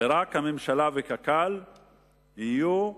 ורק הממשלה וקק"ל יהיו מיוצגים.